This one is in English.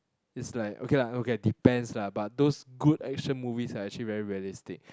it's like okay lah okay lah depends lah but those good action movies are actually very realistic